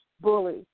bully